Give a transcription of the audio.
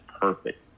perfect